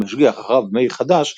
המשגיח הרב מאיר חדש,